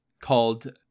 called